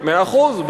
מאה אחוז.